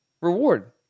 reward